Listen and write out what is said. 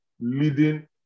leading